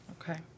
okay